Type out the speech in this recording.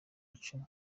icumi